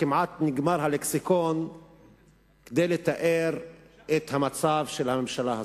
כמעט נגמר הלקסיקון כדי לתאר את המצב של הממשלה הזאת.